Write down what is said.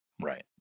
Right